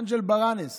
אנג'ל ברנס.